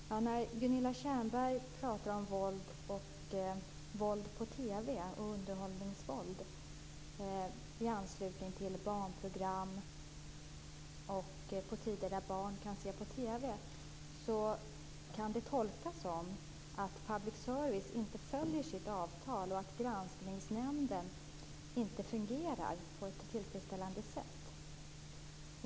Fru talman! När Gunilla Tjernberg pratar om våld på TV och underhållningsvåld i anslutning till barnprogram och på tider då barn kan se på TV kan det tolkas som att public service inte följer sitt avtal och att Granskningsnämnden inte fungerar på ett tillfredsställande sätt.